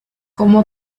cómo